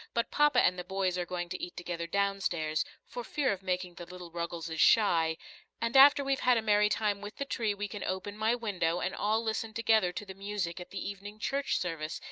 but papa and the boys are going to eat together down stairs for fear of making the little ruggleses shy and after we've had a merry time with the tree we can open my window and all listen together to the music at the evening church-service,